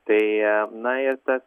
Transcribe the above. tai na ir tas